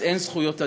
אז אין זכויות אדם,